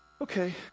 Okay